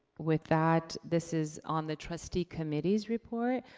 with that, this is on the trustee committees report.